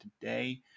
today